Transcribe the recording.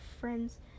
friends